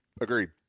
Agreed